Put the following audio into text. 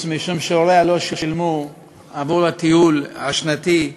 משום שהוריה לא שילמו עבור הטיול השנתי,